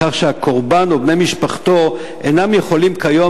בכך שהקורבן ובני משפחתו אינם יכולים כיום